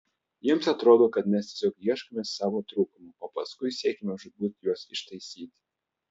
jiems atrodo kad mes tiesiog ieškome savo trūkumų o paskui siekiame žūtbūt juos ištaisyti